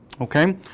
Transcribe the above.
Okay